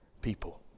people